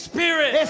Spirit